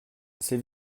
c’est